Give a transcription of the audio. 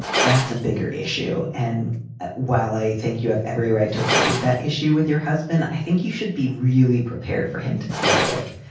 that's a bigger issue. and while i think you have every right to raise that issue with your husband, i think you should be really prepared for him to say, like,